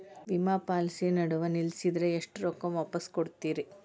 ವಿಮಾ ಪಾಲಿಸಿ ನಡುವ ನಿಲ್ಲಸಿದ್ರ ಎಷ್ಟ ರೊಕ್ಕ ವಾಪಸ್ ಕೊಡ್ತೇರಿ?